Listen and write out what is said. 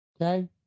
Okay